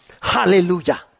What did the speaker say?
Hallelujah